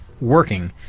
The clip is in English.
working